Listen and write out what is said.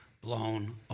blown